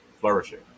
flourishing